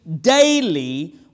daily